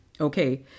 Okay